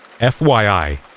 FYI